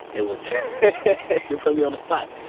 it was you're putting me on the spot.